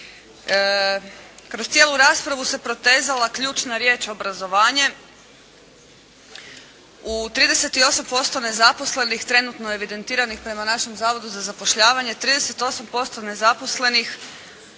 Kroz cijelu raspravu se protezala ključna riječ obrazovanje. U 38% nezaposlenih, trenutno evidentiranih prema našem zavodu za zapošljavanje 38% nezaposlenih